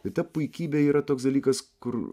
ir ta puikybė yra toks dalykas kur